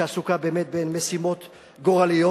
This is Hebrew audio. שעסוקה באמת במשימות גורליות.